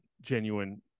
genuine